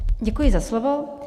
Děkuji za slovo.